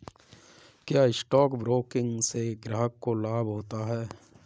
क्या stock broking से ग्राहक को लाभ होता है?